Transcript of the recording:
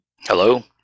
hello